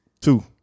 Two